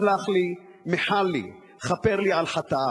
סלח לי, מחל לי, כפר לי על חטאי.